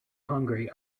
hungry